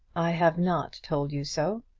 i have not told you so.